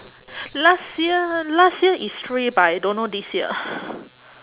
last year last year is free but I don't know this year